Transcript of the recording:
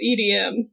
EDM